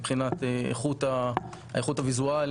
מבחינת האיכות הוויזואלית,